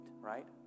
right